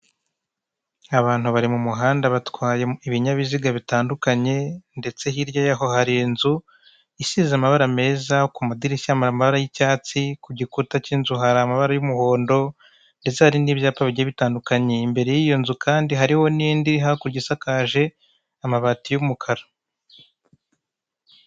Abantu bari mu muhanda batwaye ibinyabiziga bitandukanye, ndetse hirya yaho hari inzu isize amabara meza ku madirishya amabara y'icyatsi, ku gikuta k'inzu hari amabara y'umuhondo, ndetse hari n'ibyapa bigiye bitandukanye. Imbere y'iyo nzu kandi hari n'indi hakurya isakaje amabati y'umukara.